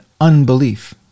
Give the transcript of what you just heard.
unbelief